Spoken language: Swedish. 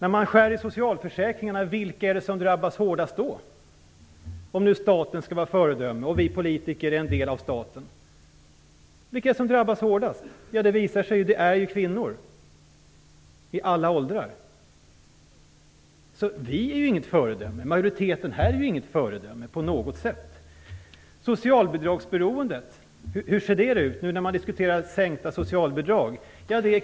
Vi säger staten skall vara ett föredöme, och vi politiker är en del av staten. Men vilka är det som drabbas hårdast när man skär i socialförsäkringarna? Det är kvinnor i alla åldrar. Vi är inget föredöme. Majoriteten här är inte på något sätt något föredöme. Hur ser socialbidragsberoendet ut nu när man diskuterar sänkta socialbidrag?